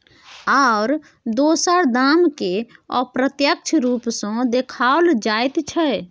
आओर दोसर दामकेँ अप्रत्यक्ष रूप सँ देखाओल जाइत छै